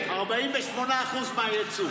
48% מהייצוא.